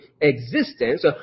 existence